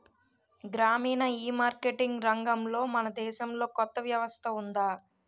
గ్రామీణ ఈమార్కెటింగ్ రంగంలో మన దేశంలో కొత్త వ్యవస్థ ఉందా?